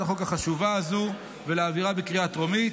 החוק החשובה הזו ולהעבירה בקריאה טרומית.